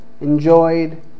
enjoyed